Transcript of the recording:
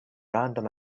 random